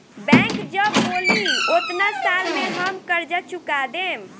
bank जब बोली ओतना साल में हम कर्जा चूका देम